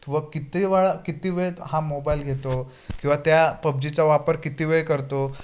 व किती वेळा किती वेळ हा मोबाईल घेतो किंवा त्या पबजीचा वापर किती वेळ करतो